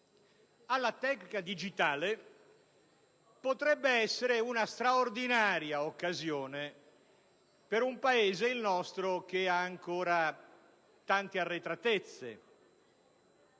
a quella digitale potrebbe essere una straordinaria occasione per un Paese come il nostro, che ha ancora tante arretratezze,